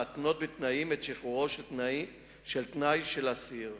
להתנות בתנאים את שחרורו על-תנאי של אסיר.